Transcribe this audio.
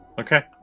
Okay